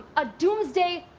a doomsday.